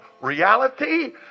reality